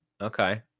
okay